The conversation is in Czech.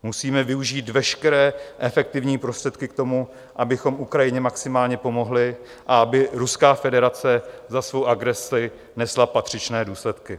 Musíme využít veškeré efektivní prostředky k tomu, abychom Ukrajině maximálně pomohli a aby Ruská federace za svou agresi nesla patřičné důsledky.